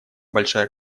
большая